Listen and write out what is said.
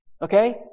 Okay